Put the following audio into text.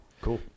cool